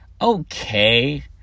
okay